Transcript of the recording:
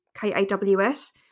K-A-W-S